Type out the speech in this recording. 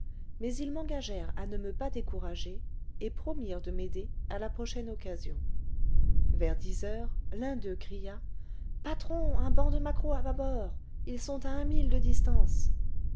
mais ils m'engagèrent à ne me pas décourager et promirent de m'aider à la prochaine occasion vers dix heures l'un d'eux cria patron un banc de maquereaux à bâbord ils sont à un mille de distance